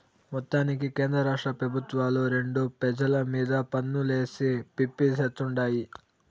మొత్తానికి కేంద్రరాష్ట్ర పెబుత్వాలు రెండు పెజల మీద పన్నులేసి పిప్పి చేత్తుండాయి